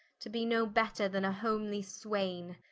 to be no better then a homely swaine,